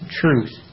truth